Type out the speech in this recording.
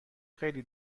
خیلی